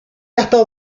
adael